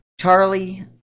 Charlie